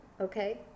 okay